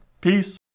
peace